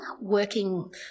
working